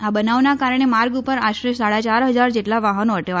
આ બનાવના કારણે માર્ગ ઉપર આશરે સાડા યાર હજાર જેટલા વાહનો અટવાયા હતા